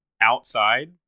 outside